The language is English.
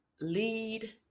lead